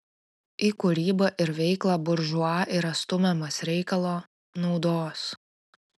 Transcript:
į kūrybą ir veiklą buržua yra stumiamas reikalo naudos